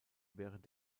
während